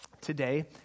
today